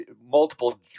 multiple